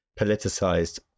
politicized